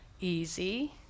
easy